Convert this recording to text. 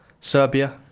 Serbia